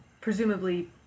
presumably